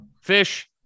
Fish